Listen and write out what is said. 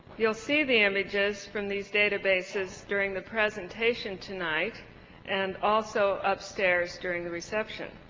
you'll see the images from these databases during the presentation tonight and also upstairs during the reception.